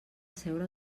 asseure